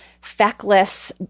feckless